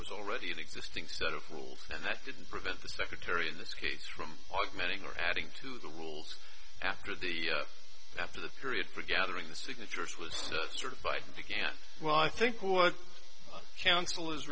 was already an existing set of rules and that didn't prevent the secretary in this case from augmenting or adding to the rules after the after the period for gathering the signatures was certified began well i think what counsel